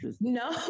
No